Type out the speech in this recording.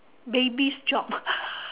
baby's job